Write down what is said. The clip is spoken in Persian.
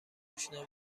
آشنا